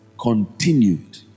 continued